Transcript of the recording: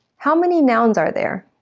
how many nouns are there?